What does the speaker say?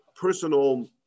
personal